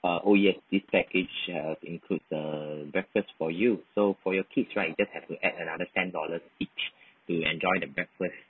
ah oh yes this package includes a breakfast for you so for your kids right you just have to add another ten dollars each to enjoy the breakfast